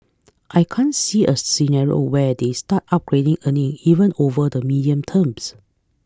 I can't see a scenario where they start upgrading earning even over the medium terms